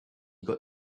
got